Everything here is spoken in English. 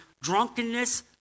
drunkenness